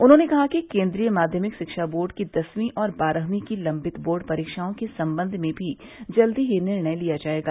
उन्होंने कहा कि केन्द्रीय माध्यमिक शिक्षा बोर्ड की दसवीं और बारहवीं की लंबित बोर्ड परीक्षाओं के संबंध में भी जल्दी ही निर्णय लिया जाएगा